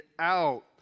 out